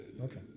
okay